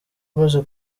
umaze